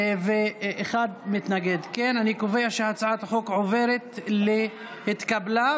אני קובע שהצעת החוק התקבלה,